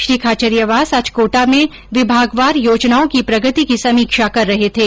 श्री खाचरियावास आज कोटा में विभागवार योजनाओं की प्रगति की समीक्षा कर रहे थे